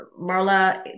Marla